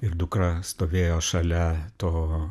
ir dukra stovėjo šalia to